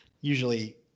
usually